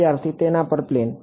વિદ્યાર્થી તેના પર પ્લેન